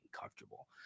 comfortable